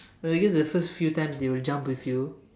well I guess the first few times they will jump with you